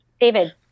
David